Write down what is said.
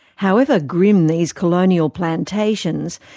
however grim these colonial plantations,